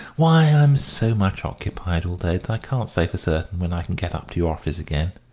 why, i'm so much occupied all day that i can't say for certain when i can get up to your office again.